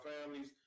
families